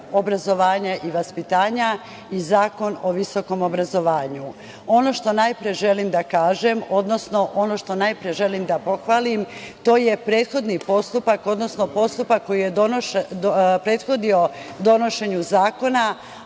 obrazovanja i vaspitanja i Zakon o visokom obrazovanju. Ono što najpre želim da kažem, odnosno, ono što najpre želim da pohvalim to je prethodni postupak, odnosno postupak koji je prethodio donošenju zakona,